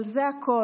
אבל זה הכול,